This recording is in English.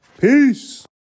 Peace